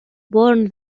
born